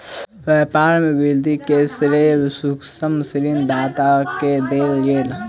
व्यापार में वृद्धि के श्रेय सूक्ष्म ऋण दाता के देल गेल